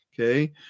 okay